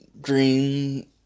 dream